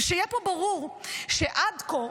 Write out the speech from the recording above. ושיהיה פה ברור שעד כה,